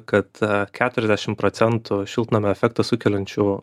kad keturiasdešim procentų šiltnamio efektą sukeliančių